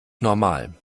normal